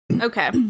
Okay